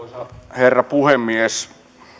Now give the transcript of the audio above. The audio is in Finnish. herra puhemies